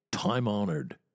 time-honored